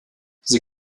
sie